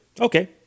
Okay